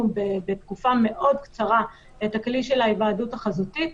בתקופה מאוד קצרה את הכלי של ההיוועדות החזותית,